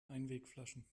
einwegflaschen